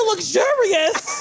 Luxurious